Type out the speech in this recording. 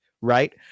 right